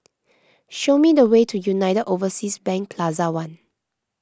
show me the way to United Overseas Bank Plaza one